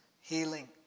healing